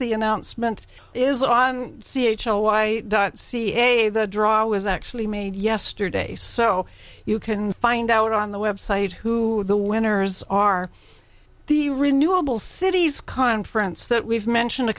the announcement is on c h o y dot ca the draw was actually made yesterday so you can find out on the website who the winners are the renewable cities conference that we've mentioned a